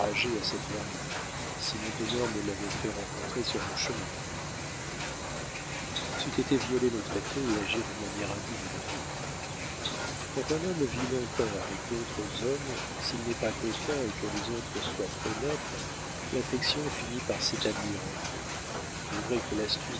à cette vermine si mon bonheur me l'avait fait rencontrer sur mon chemin c'eût été violer nos traités et agir d'une manière indigne de vous quand un homme vit longtemps avec d'autres hommes s'il n'est pas coquin et que les autres soient honnêtes l'affection finit par s'établir entre eux il est vrai que l'astuce